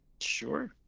Sure